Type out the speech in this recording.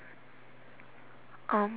um